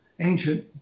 ancient